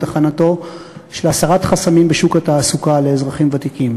הכנתו על הסרת חסמים בשוק התעסוקה לאזרחים ותיקים.